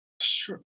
Sure